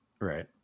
right